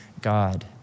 God